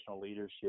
leadership